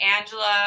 Angela